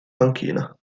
panchina